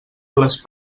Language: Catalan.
les